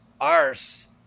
arse